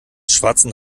schwarzen